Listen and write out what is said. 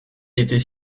était